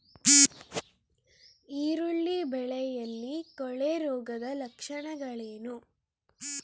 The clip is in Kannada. ಈರುಳ್ಳಿ ಬೆಳೆಯಲ್ಲಿ ಕೊಳೆರೋಗದ ಲಕ್ಷಣಗಳೇನು?